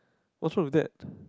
what's wrong with that